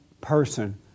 person